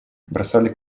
бросали